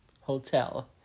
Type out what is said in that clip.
Hotel